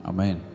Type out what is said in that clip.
Amen